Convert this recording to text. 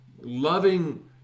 Loving